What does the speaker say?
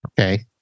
Okay